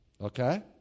okay